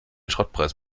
schrottpreis